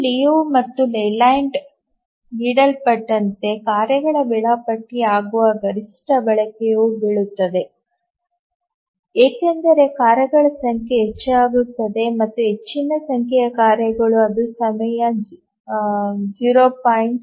ಈ ಲಿಯು ಮತ್ತು ಲೇಲ್ಯಾಂಡ್ನಿಂದ ನೀಡಲ್ಪಟ್ಟಂತೆ ಕಾರ್ಯಗಳ ವೇಳಾಪಟ್ಟಿ ಆಗುವ ಗರಿಷ್ಠ ಬಳಕೆಯು ಬೀಳುತ್ತದೆ ಏಕೆಂದರೆ ಕಾರ್ಯಗಳ ಸಂಖ್ಯೆ ಹೆಚ್ಚಾಗುತ್ತದೆ ಮತ್ತು ಹೆಚ್ಚಿನ ಸಂಖ್ಯೆಯ ಕಾರ್ಯಗಳಿಗೆ ಅದು ಸುಮಾರು 0